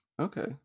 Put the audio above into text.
Okay